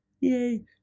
yay